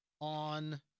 on